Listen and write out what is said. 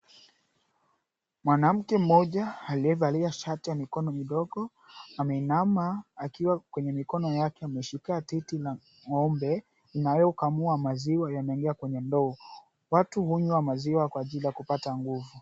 Mwanamke mmoja aliyevalia shati ya mikono midogo ameinama akiwa kwenye mikono yake, ameshika titi la ng'ombe anayokamua; maziwa yanayoingia kwenye ndoo. Watu hunywa maziwa kwa ajili ya kupata nguvu.